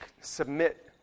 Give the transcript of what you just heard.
submit